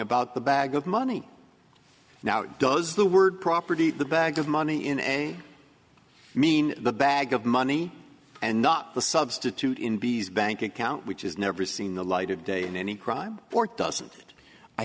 about the bag of money now does the word property the bag of money in a i mean the bag of money and not the substitute in b s bank account which is never seen the light of day in any crime doesn't i